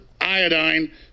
iodine